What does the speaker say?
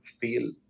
feel